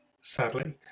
sadly